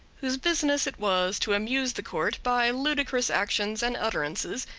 whose business it was to amuse the court by ludicrous actions and utterances,